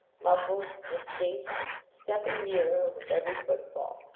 muffled distinct stepping nearer with every footfall.